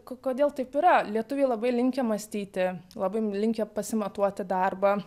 ko kodėl taip yra lietuviai labai linkę mąstyti labai linkę pasimatuoti darbą